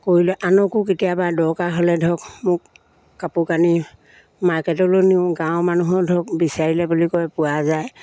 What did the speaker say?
কৰিলে আনকো কেতিয়াবা দৰকাৰ হ'লে ধৰক মোক কাপোৰ কানি মাৰ্কেটলৈ নিওঁ গাঁৱৰ মানুহেও ধৰক বিচাৰিলে বুলি কৈ পোৱা যায়